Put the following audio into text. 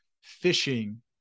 fishing